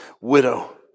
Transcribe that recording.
widow